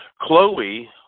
Chloe